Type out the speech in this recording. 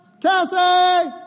Cassie